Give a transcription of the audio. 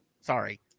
Sorry